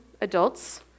adults